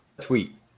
tweet